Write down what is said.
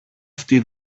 αυτή